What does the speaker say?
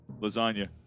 Lasagna